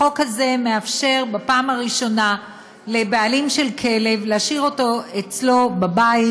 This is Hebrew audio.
החוק הזה מאפשר בפעם הראשונה לבעלים של כלב להשאיר אותו אצלו בבית,